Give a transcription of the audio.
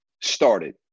started